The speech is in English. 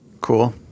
Cool